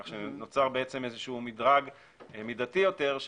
כך שנוצר מדרג מידתי יותר,